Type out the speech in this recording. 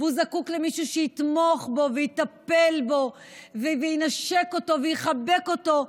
והוא זקוק למישהו שיתמוך בו ויטפל בו וינשק אותו ויחבק אותו.